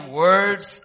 words